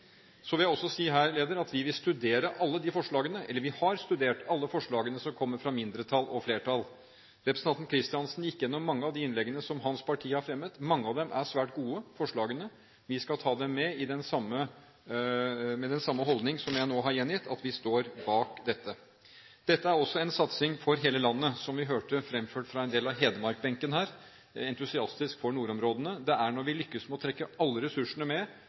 Så vil jeg også her si at vi har studert de forslagene som har kommet fra mindretall og flertall. Representanten Kristiansen gikk gjennom mange av de forslagene som hans parti har fremmet. Mange av forslagene er svært gode. Vi skal ta dem med med den samme holdning som jeg nå har gjengitt, om at vi står bak dette. Dette er også en satsing for hele landet, som vi hørte fremført av en del av hedmarksbenken – entusiastisk for nordområdene. Det er når vi lykkes med å trekke alle ressursene med,